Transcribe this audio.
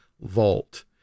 vault